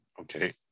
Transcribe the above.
Okay